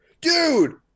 Dude